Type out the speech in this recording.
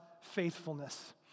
faithfulness